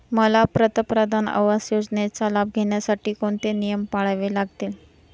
मला पंतप्रधान आवास योजनेचा लाभ घेण्यासाठी कोणते नियम पाळावे लागतील?